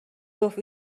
گفت